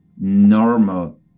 normal